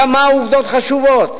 כמה עובדות חשובות.